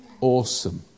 awesome